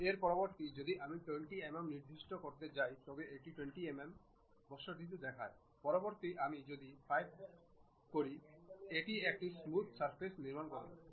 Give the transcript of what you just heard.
এর পরিবর্তে যদি আমি 20 mm নির্দিষ্ট করতে যাই তবে এটি 20 mm ব্যাসার্ধ দেখায় পরিবর্তে আমি যদি 5 প্রদর্শিত করি এটি একটি স্মুথ সারফেস নির্মাণ করবে